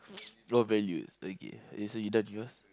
what values okay so you're done yours